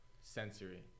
sensory